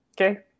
Okay